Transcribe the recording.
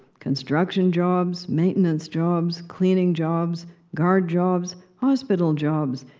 construction jobs, maintenance jobs, cleaning jobs, guard jobs, hospital jobs,